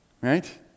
Right